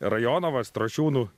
rajono va strošiūnų